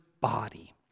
body